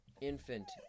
Infant